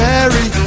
Mary